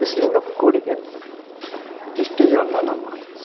ಬಿಸಿಲಿಂದ ಕೂಡಿದೆ ಇಷ್ಟು ಹೇಳ್ತಾ ನನ್ನ ಮಾತು